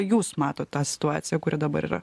jūs matot tą situaciją kuri dabar yra